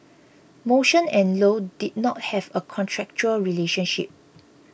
motion and low did not have a contractual relationship